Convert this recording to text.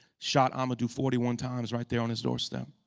shot amadou forty one times right there on his doorstep,